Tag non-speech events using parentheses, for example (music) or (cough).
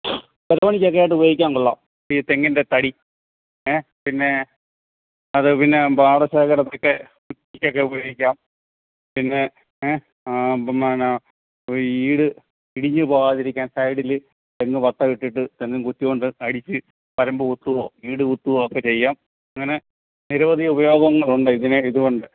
(unintelligible) ആയിട്ട് ഉപയോഗിക്കാൻ കൊള്ളാം ഈ തെങ്ങിന്റെ തടി ഏ പിന്നെ അത് പിന്നെ പാടശേഖരത്തിന്റെ കൃഷിക്കൊക്കെ ഉപയോഗിക്കാം പിന്നെ ഏ ബ്മ്മാനാ വീട് ഇടിഞ്ഞു പോകാതിരിക്കാൻ സൈഡിൽ തെങ്ങ് വട്ടമിട്ടിട്ട് തെങ്ങുംകുറ്റികൊണ്ട് അടിച്ച് വരമ്പ് കുത്തുകയോ വീട് കുത്തുകയോ ഒക്കെ ചെയ്യാം അങ്ങനെ നിരവധി ഉപയോഗങ്ങളുണ്ട് ഇതിനെ ഇതുകൊണ്ട്